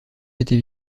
était